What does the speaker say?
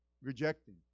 Rejecting